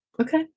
Okay